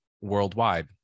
worldwide